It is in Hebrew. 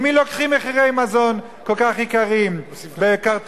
ממי לוקחים מחירי מזון כל כך יקרים בקרטלים,